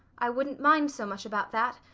i wouldn't mind so much about that.